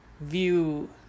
view